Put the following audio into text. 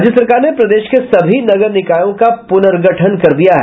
राज्य सरकार ने प्रदेश के सभी नगर निकायों का पुनर्गठन किया है